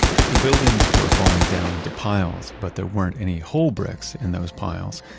if the buildings were falling down into piles, but there weren't any whole bricks in those piles,